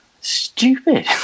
stupid